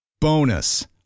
Bonus